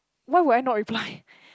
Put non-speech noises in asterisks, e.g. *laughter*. why would I not reply *breath*